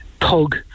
pug